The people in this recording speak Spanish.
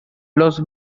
los